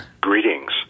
Greetings